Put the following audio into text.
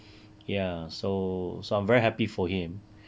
ya so so I'm very happy for him